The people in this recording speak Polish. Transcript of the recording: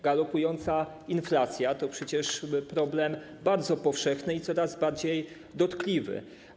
Galopująca inflacja to przecież problem powszechny i coraz bardziej dotkliwy.